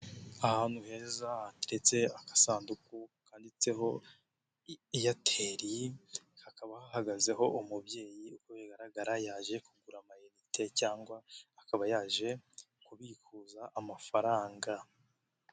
Ahantu heza hateretse agasanduku kanditseho Airtel, hakaba hahagazeho umubyeyi bisa nkaho yaje kugura amayinite cyangwa akaba yaje kubikuza amafaranga.